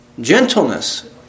gentleness